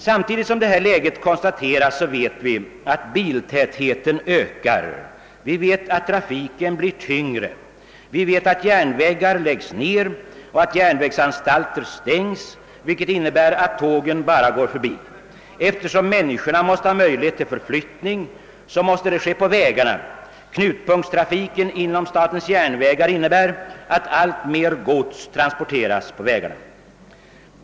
Samtidigt som detta läge konstateras vet vi att biltätheten ökar. Vi vet att trafiken blir tyngre. Vi vet att järnvägar läggs ner och att järnvägsanhalter stängs, vilket innebär att tågen bara går förbi. Eftersom människorna måste ha möjlighet till förflyttning måste i stället vägarna användas härför. Knutpunktstrafiken inom SJ innebär att alltmer gods transporteras på vägarna.